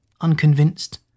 unconvinced